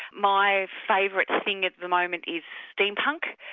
my favourite thing at the moment is steampunk,